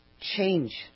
change